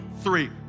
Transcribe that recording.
three